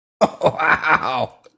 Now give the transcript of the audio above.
wow